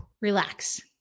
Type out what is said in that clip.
relax